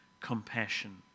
compassion